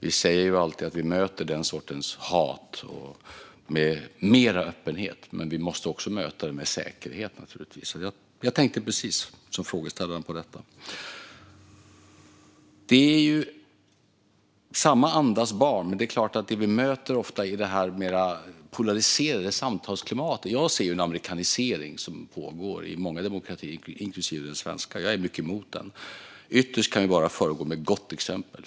Vi säger alltid att vi möter den sortens hat med mer öppenhet, men vi måste naturligtvis också möta det med säkerhet. Jag tänkte precis som frågeställaren på detta. Det är samma andas barn. Men vi möter ofta detta mer polariserade samtalsklimat. Jag ser att en amerikanisering pågår i många demokratier, inklusive den svenska. Jag är mycket emot den. Ytterst kan vi bara föregå med gott exempel.